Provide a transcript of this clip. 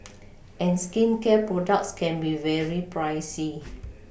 and skincare products can be very pricey